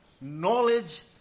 Knowledge